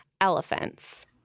Elephants